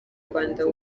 rwanda